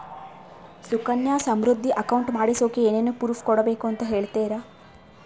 Sukanya Samriddhi account ಮಾಡಿಸೋಕೆ ಏನೇನು proof ಕೊಡಬೇಕು ಅಂತ ಹೇಳ್ತೇರಾ?